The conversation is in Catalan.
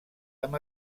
amb